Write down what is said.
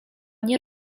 nie